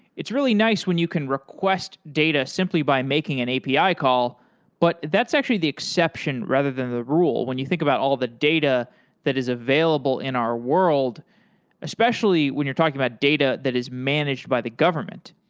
it's really nice when you can request data simply by making an api call but that's actually the exception rather than the rule when you think about all the data that is available in our world especially when you're talking about data that is managed by the government.